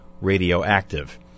radioactive